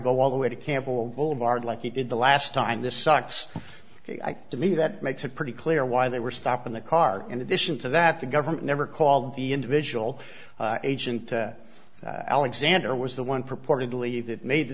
go all the way to campbell boulevard like he did the last time this sucks to me that makes it pretty clear why they were stopping the car in addition to that the government never called the individual agent alexander was the one purportedly that made the